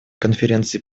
конференции